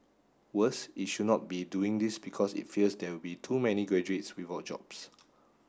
worse it should not be doing this because it fears there will be too many graduates without jobs